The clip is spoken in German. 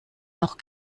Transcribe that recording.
noch